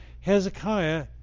Hezekiah